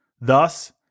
Thus